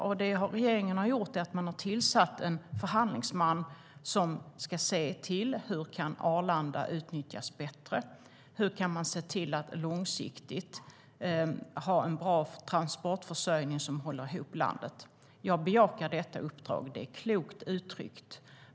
Det som regeringen har gjort är att man har tillsatt en förhandlingsman som ska se över hur Arlanda kan utnyttjas bättre och hur man långsiktigt ska ha en bra transportförsörjning som håller ihop landet. Jag bejakar detta uppdrag. Det är klokt uttryckt.